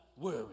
worry